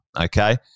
okay